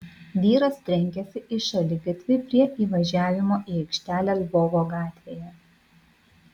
vyras trenkėsi į šaligatvį prie įvažiavimo į aikštelę lvovo gatvėje